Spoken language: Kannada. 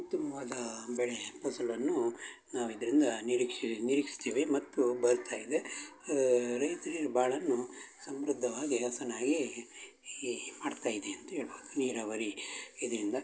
ಉತ್ತಮವಾದ ಬೆಳೆ ಫಸಲನ್ನೂ ನಾವು ಇದರಿಂದ ನಿರೀಕ್ಷೆ ನಿರೀಕ್ಷಿಸ್ತೀವಿ ಮತ್ತು ಬರುತ್ತಾ ಇದೆ ರೈತ್ರಿಗೆ ಭಾಳಾ ಸಮೃದ್ಧವಾಗಿ ಹಸನಾಗಿ ಈ ಮಾಡ್ತಾ ಇದೆ ಅಂತ ಹೇಳ್ಬೋದು ನೀರಾವರಿ ಇದರಿಂದ